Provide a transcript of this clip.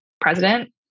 president